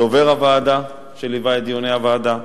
דובר הוועדה, שליווה את דיוני הוועדה,